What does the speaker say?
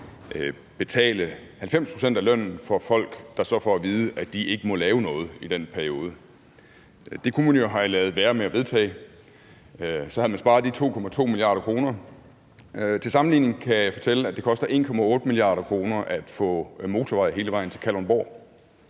betale 90 pct. af lønnen for folk, der så får at vide, at de ikke må lave noget i den periode, kunne man jo have ladet være med at vedtage; så havde man sparet de 2,2 mia. kr. Til sammenligning kan jeg fortælle, at det koster 1,8 mia. kr. at få motorvej hele vejen til Kalundborg.